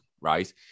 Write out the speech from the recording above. right